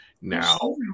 now